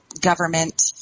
government